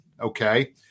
Okay